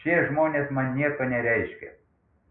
šie žmonės man nieko nereiškia